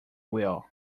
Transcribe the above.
wheel